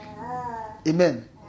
Amen